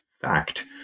fact